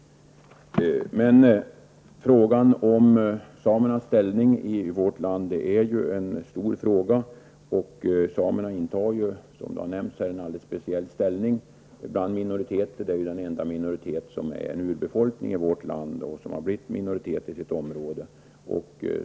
Frågan om samernas ställning i vårt land är en stor fråga. Samerna intar, som nämnts här, en alldeles speciell ställning bland minoriteterna. De utgör den enda minoritet som är urbefolkning i vårt land i sitt område.